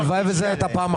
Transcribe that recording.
הלוואי וזה היה פעם אחת.